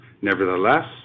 nevertheless